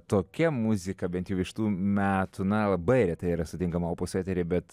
tokia muzika bent jau iš tų metų na labai retai yra sutinkama opuso etery bet